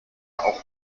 auch